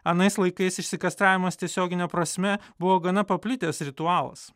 anais laikais išsikastravimas tiesiogine prasme buvo gana paplitęs ritualas